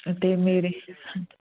ਅਤੇ ਮੇਰੇ